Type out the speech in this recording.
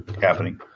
happening